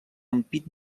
ampit